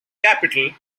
capital